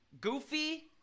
Goofy